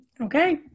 Okay